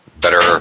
better